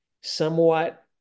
somewhat